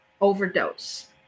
overdose